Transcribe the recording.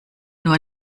nur